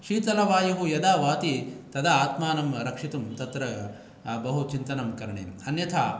शीतलवायु यदा वाति तदा आत्मानं रक्षितुं तत्र बहु चिन्तनं करणीयम् अन्यथा